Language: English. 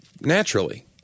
naturally